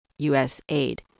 USAID